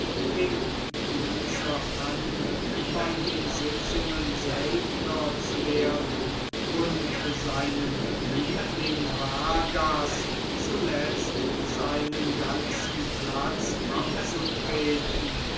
dieser an bei den sitzungen seltner zu werden und seinem liebling vargas zuletzt seinen ganzen platz abzutreten